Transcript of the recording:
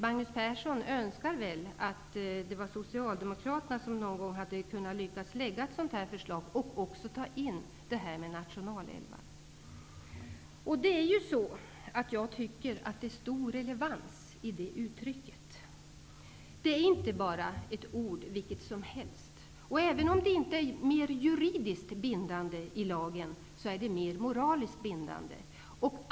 Magnus Persson önskar väl att Socialdemokraterna någon gång hade lyckats lägga fram ett sådant förslag och även ta in detta med nationalälvar. Jag tycker att det finns stor relevans i det uttrycket. Det är inte bara ett ord vilket som helst. Och även om det inte är mer juridiskt bindande i lagen, är det mer moraliskt bindande.